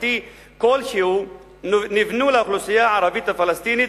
ממשלתי כלשהו נבנו לאוכלוסייה הערבית הפלסטינית,